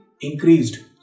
increased